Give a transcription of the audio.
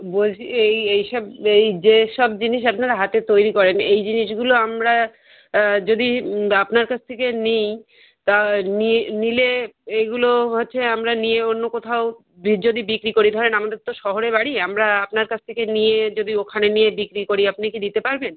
বলছি এই এই সব এই যে সব জিনিস আপনারা হাতে তৈরি করেন এই জিনিসগুলো আমরা যদি আপনার কাছে থেকে নিই তা নি নিলে এগুলো হচ্ছে আমরা নিয়ে অন্য কোথাও যদি বিক্রি করি ধরেন আমাদের তো শহরে বাড়ি আমরা আপনার কাছ থেকে নিয়ে যদি ওখানে নিয়ে বিক্রি করি আপনি কি দিতে পারবেন